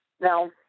Now